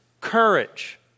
courage